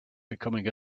becoming